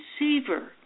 receiver